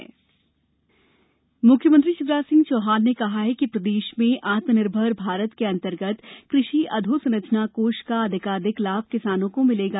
कृषि कोष सीएम मुख्यमंत्री शिवराज सिंह चौहान ने कहा है कि प्रदेश में आत्मनिर्भर भारत के अंतर्गत कृषि अधोसंरचना कोष का अधिकाधिक लाभ किसानों को दिलवाया जाएगा